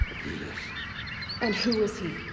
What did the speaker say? helis and who is he?